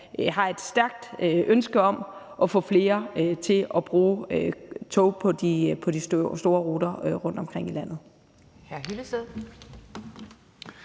har et stærkt ønske om at få flere til at bruge tog på de store ruter rundtomkring i landet.